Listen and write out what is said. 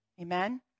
Amen